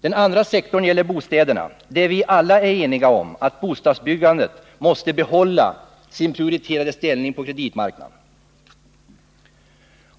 Den andra sektorn gäller bostäderna, där vi alla är eniga om att bostadsbyggandet måste behålla sin prioriterade ställning på kreditmarknaden.